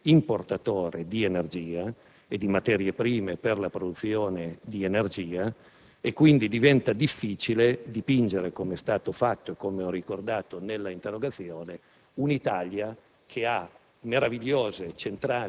che noi siamo un Paese importatore di energia e di materie prime per la produzione di energia. Quindi, diventa difficile dipingere, come è stato fatto e come ho ricordato nell'interrogazione, un'Italia